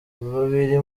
babiri